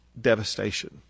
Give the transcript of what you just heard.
devastation